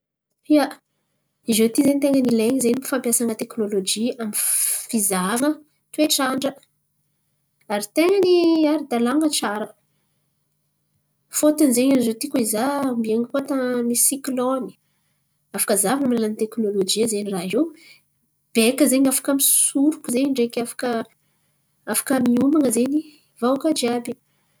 Ia, i ziôty zen̈y ten̈a ny ilain̈a zen̈y teknôlôjÿ amy fizahavan̈a toetr'andra. Ary ten̈a ny ara-dalàn̈a tsara. Fôtony zen̈y ziôty koa hizaha ombian̈a koa tan̈àna misy siklôny? Afaka zahavan̈a amin'ny alalan'ny teknôlôjÿ zen̈y raha io bèka zen̈y afaka misoroko zen̈y ndreky afaka afaka mioman̈a zen̈y vahoaka jiàby.